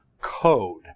code